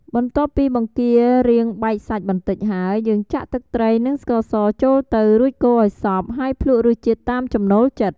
បន្ទាប់ពីបង្គារៀងបែកសាច់បន្តិចហើយ យើងចាក់ទឹកត្រីនិងស្ករសចូលទៅ រួចកូរឱ្យសព្វ ហើយភ្លក់រសជាតិតាមចំណូលចិត្ត។